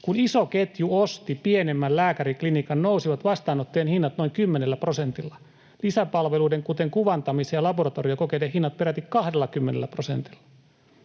”Kun iso ketju osti pienemmän lääkäriklinikan, nousivat vastaanottojen hinnat noin kymmenellä prosentilla, lisäpalveluiden, kuten kuvantamisen ja laboratoriokokeiden hinnat peräti 20 prosentilla.